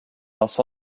lance